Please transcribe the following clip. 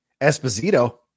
Esposito